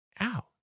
ow